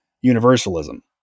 universalism